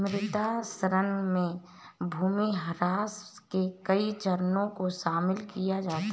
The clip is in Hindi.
मृदा क्षरण में भूमिह्रास के कई चरणों को शामिल किया जाता है